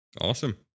Awesome